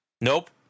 Nope